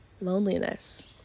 loneliness